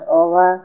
over